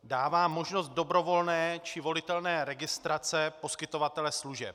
Dává možnost dobrovolné či volitelné registrace poskytovatele služeb.